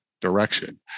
Direction